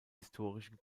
historischen